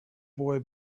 boy